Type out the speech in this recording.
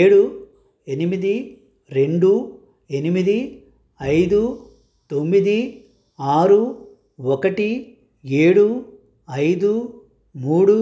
ఏడు ఎనిమిది రెండు ఎనిమిది ఐదు తొమ్మిది ఆరు ఒకటి ఏడు ఐదు మూడు